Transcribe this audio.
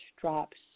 drops